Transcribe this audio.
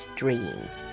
dreams